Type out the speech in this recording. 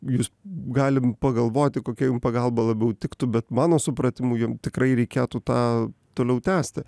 jūs galim pagalvoti kokia jum pagalba labiau tiktų bet mano supratimu jum tikrai reikėtų tą toliau tęsti